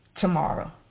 Tomorrow